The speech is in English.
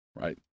right